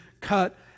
cut